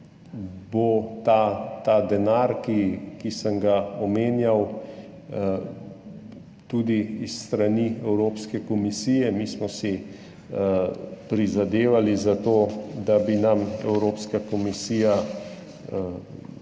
bo ta denar, ki sem ga omenjal, tudi s strani Evropske komisije. Mi smo si prizadevali za to, da bi nam Evropska komisija